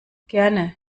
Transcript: gerne